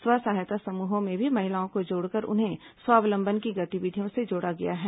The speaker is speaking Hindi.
स्व सहायता समूहों में भी महिलाओं को जोड़कर उन्हें स्वावलंबन की गतिविधियों से जोड़ा गया है